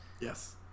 Yes